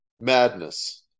Madness